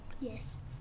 Yes